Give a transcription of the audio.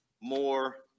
more